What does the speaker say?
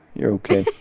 you're ok